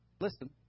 listen